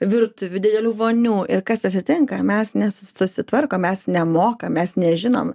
virtuvių didelių vonių ir kas atsitinka mes nesusitvarkom mes nemokame mes nežinom